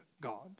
God